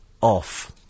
off